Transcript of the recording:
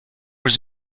was